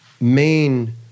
main